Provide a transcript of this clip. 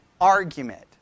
argument